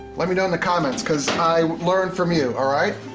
let me know in the comments. cause i learn from you all right?